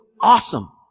awesome